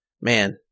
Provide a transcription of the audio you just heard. man